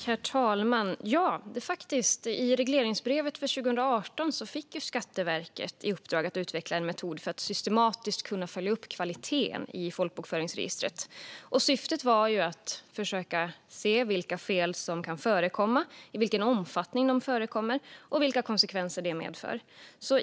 Herr talman! Ja, faktiskt. I regleringsbrevet för 2018 fick Skatteverket i uppdrag att utveckla en metod för att systematiskt kunna följa upp kvaliteten i folkbokföringsregistret. Syftet var att försöka se vilka fel som förekommer, i vilken omfattning de förekommer och vilka konsekvenser de medför.